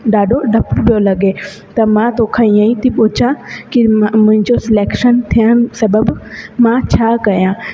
ॾाढो ॾप पियो लॻे त मां तोखां ईअं ई थी पुछा की मां मुंहिंजो स्लैक्शन थियनि सबनि मां छा कयां